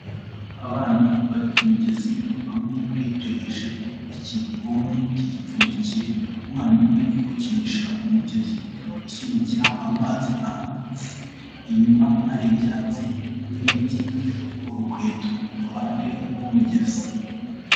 Abana bari ku ku mugezi bamwe bitoheje ikibuni kigipfundikiye, umwana umwe uri gukinisha umugezi asunikira amazi hanze, inyuma hari ibyatsi n'ibiti urukweto ku ruhande rw'umugezi.